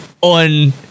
on